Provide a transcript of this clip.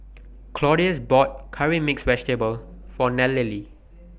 Claudius bought Curry Mixed Vegetable For Nallely